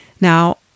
Now